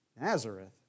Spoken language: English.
Nazareth